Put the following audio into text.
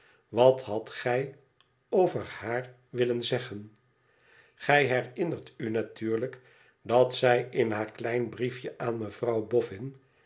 twat hadt j nu over haar willen zegp en f gij hermnert u natuurlijk dat zij m haar klein briefje aan mevrouw boffin